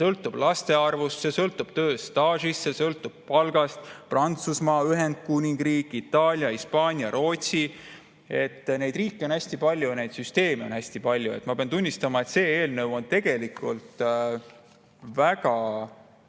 see sõltub laste arvust, see sõltub tööstaažist, see sõltub palgast. Prantsusmaa, Ühendkuningriik, Itaalia, Hispaania, Rootsi – neid riike on hästi palju ja neid süsteeme on hästi palju. Ma pean tunnistama, et see eelnõu on tegelikult väga